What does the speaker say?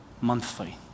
monthly